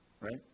Right